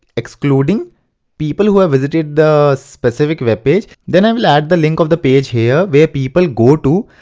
excluding people who have visited the specific web page then i will add the link of the page here where people go to,